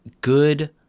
good